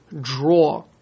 draw